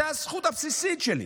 זו הזכות הבסיסית שלי,